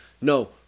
no